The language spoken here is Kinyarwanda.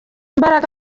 imbaraga